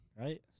right